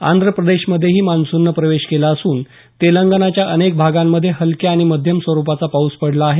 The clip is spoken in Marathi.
आंध्र प्रदेशमध्येही मान्सूननं प्रवेश केला असून तेलंगानाच्या अनेक भागांमध्ये हलक्या आणि मध्यम स्वरुपाचा पाऊस पडला आहे